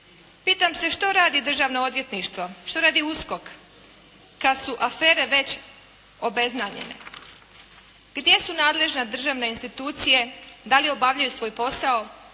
Pitam se što radi Državno odvjetništvo, što radi USKOK, kada su afere već obeznanjene. Gdje su nadležne državne institucije, da li obavljaju svoj posao,